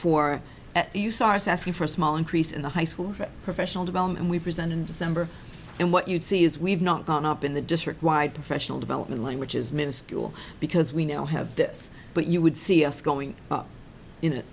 for you stars asking for a small increase in the high school for professional development we present in december and what you'd see is we've not gone up in the district wide professional development line which is minuscule because we now have this but you would see us going up in a